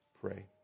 pray